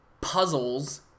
puzzles